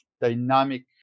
dynamic